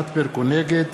נגד